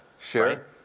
Sure